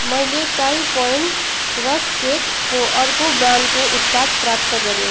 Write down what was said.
मैले चाइ पोइन्ट रस्क केकको अर्को ब्रान्डको उत्पाद प्राप्त गरेँ